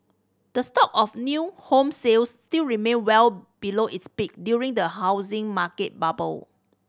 the stock of new home sales still remain well below its peak during the housing market bubble